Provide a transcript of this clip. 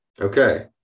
Okay